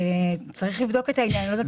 צריך לבדוק את העניין הזה.